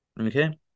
okay